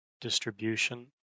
distribution